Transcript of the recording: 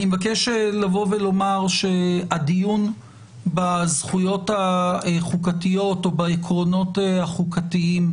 אני מבקש לבוא ולומר שהדיון בזכויות החוקתיות או בעקרונות החוקתיים,